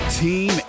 team